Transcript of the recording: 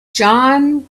john